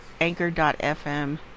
anchor.fm